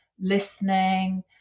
listening